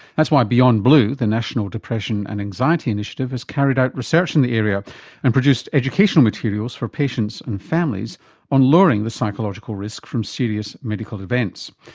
that's why beyondblue, the national depression and anxiety initiative, has carried out research in the area and produced educational materials for patients and families on lowering the psychological risk from serious medical events.